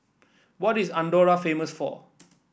what is Andorra famous for